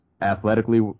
athletically